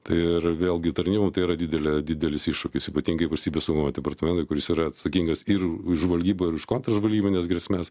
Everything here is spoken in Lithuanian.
tai ir vėlgi tarnybom tai yra didelė didelis iššūkis ypatingai valstybės saugumo departamentui kuris yra atsakingas ir žvalgybą ir už kontržvalgybines grėsmes